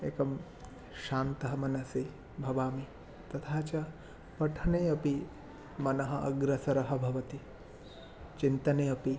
एकं शान्तः मनसि भवामि तथा च पठने अपि मनः अग्रेसरं भवति चिन्तने अपि